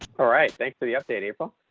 alright, thanks for the update april,